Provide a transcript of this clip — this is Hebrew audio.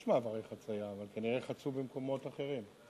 יש מעברי חצייה, אבל כנראה חצו במקומות אחרים.